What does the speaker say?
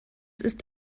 ist